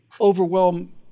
overwhelm